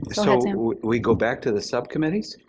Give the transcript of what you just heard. so we go back to the subcommittees?